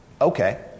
Okay